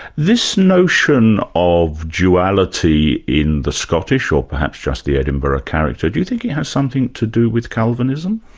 this notion of duality in the scottish, or perhaps just the edinburgh character, do you think it has something to do with calvinism?